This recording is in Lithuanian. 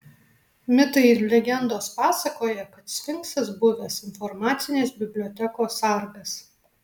mitai ir legendos pasakoja kad sfinksas buvęs informacinės bibliotekos sargas